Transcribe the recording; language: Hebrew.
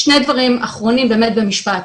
שני דברים אחרונים, באמת במשפט.